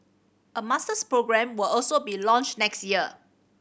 a masters programme will also be launched next year